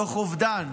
מתוך אובדן,